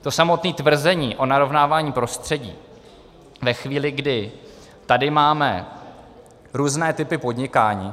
To samotné tvrzení o narovnávání prostředí ve chvíli, kdy tady máme různé typy podnikání.